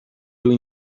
due